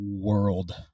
world